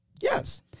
Yes